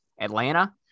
Atlanta